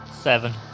Seven